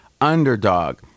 underdog